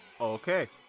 Okay